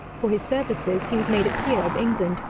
for his services, he was made a peer of england,